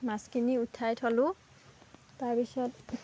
মাছখিনি উঠাই থলোঁ তাৰ পিছত